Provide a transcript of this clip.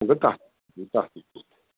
مگر تَتھ تہِ کھوٚت تتھ تہِ کھوٚت